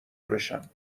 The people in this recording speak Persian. بشم